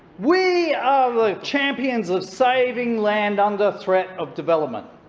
we are the champions of saving land under threat of development.